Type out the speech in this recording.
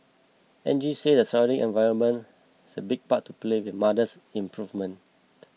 Angie said the surrounding environment has a big part to play in mother's improvement